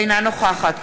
אינה נוכחת